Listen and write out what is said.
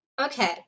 okay